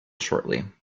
shortly